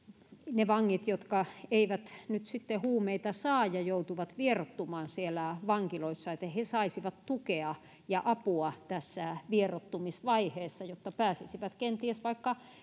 ne vangit jotka eivät nyt sitten huumeita saa ja joutuvat vieroittumaan siellä vankiloissa saisivat tukea ja apua tässä vieroittumisvaiheessa jotta pääsisivät kenties vaikka